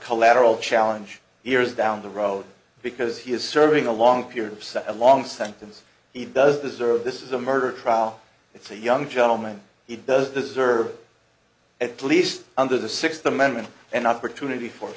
collateral challenge here is down the road because he is serving a long period of such a long sentence he does deserve this is a murder trial it's a young gentleman he does deserve at least under the sixth amendment an opportunity for